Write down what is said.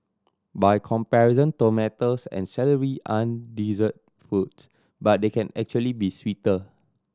by comparison tomatoes and celery aren't dessert foods but they can actually be sweeter